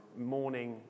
morning